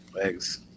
Eggs